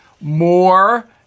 more